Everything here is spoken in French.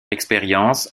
expérience